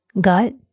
gut